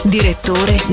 Direttore